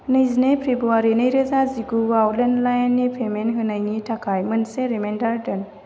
नैजिनै फेब्रुवारि नैरोजा जिगुआव आव लेन्डलाइननि पेमेन्ट होनायनि थाखाय मोनसे रिमाइन्डार दोन